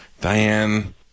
Diane